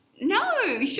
No